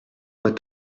voit